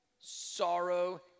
sorrow